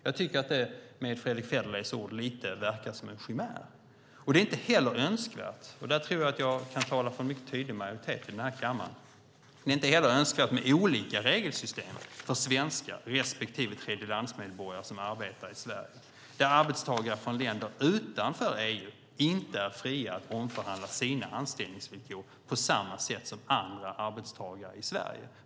Jag tycker att det, med Fredrick Federleys ord, verkar lite som en chimär. Jag tror att jag kan tala för en mycket tydlig majoritet i kammaren när jag säger att det inte heller är önskvärt med olika regelsystem för svenskar respektive tredjelandsmedborgare som arbetar i Sverige. Arbetstagare från länder utanför EU är inte fria att omförhandla sina anställningsvillkor på samma sätt som andra arbetstagare i Sverige.